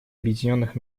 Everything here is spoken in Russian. объединенных